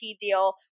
deal